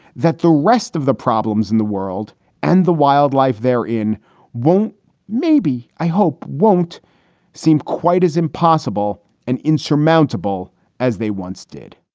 that the rest of the problems in the world and the wildlife they're in won't maybe, i hope won't seem quite as impossible and insurmountable as they once did